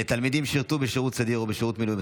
לתלמידים ששירתו בשירות סדיר או בשירות מילואים),